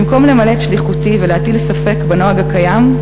במקום למלא את שליחותי ולהטיל ספק בנוהג הקיים,